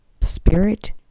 spirit